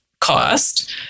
cost